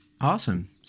Awesome